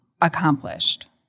accomplished